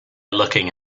looking